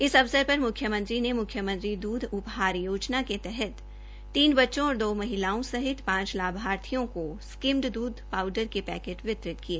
इस अवसर पर मुख्यमंत्री ने मुख्यमंत्री दूध उपहार योजना के तहत तीन बच्चों और दो महिलाओं सहित पाँच लाभार्थियों को स्किम्ड दूध पाउडर के पैकेट वितरित किए